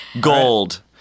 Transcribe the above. Gold